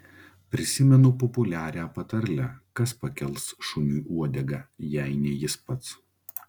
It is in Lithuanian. prisimenu populiarią patarlę kas pakels šuniui uodegą jei ne jis pats